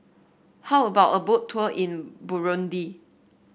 how about a Boat Tour in Burundi